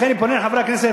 לכן, אני פונה אל חברי הכנסת.